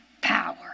power